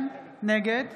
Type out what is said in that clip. נגד